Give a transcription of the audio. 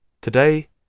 today